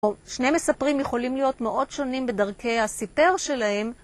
שני מספרים יכולים להיות מאוד שונים בדרכי הסיפר שלהם.